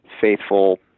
faithful